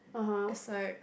is like